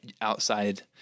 outside